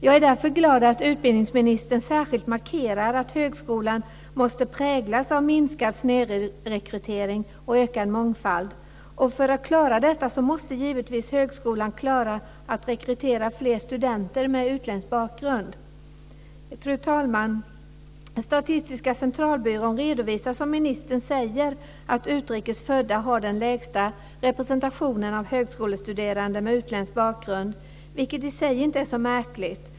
Jag är därför glad över att utbildningsministern särskilt markerar att högskolan måste präglas av minskad snedrekrytering och ökad mångfald. Och för att klara detta måste givetvis högskolan klara att rekrytera fler studenter med utländsk bakgrund. Fru talman! Statistiska centralbyrån redovisar som ministern säger att utrikes födda har den lägsta representationen av högskolestuderande med utländsk bakgrund, vilket i sig inte är så märkligt.